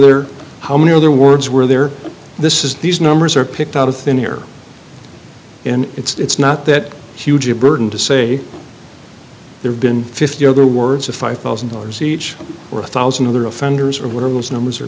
there how many other words were there this is these numbers are picked out of thin air and it's not that huge a burden to say there have been fifty other words a five thousand dollars each or a one thousand other offenders or one of those numbers